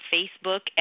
Facebook